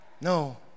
No